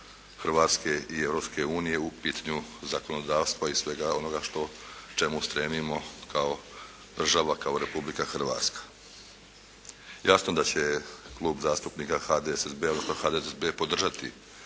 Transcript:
Hrvatske i Europske unije u pitanju zakonodavstva i svega onoga što, čemu stremimo kao država, kao Republika Hrvatska. Jasno da će Klub zastupnika HDSSB-a, odnosno HDSSB podržati